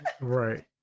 Right